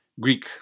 Greek